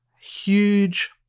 huge